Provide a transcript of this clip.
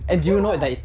okay [what]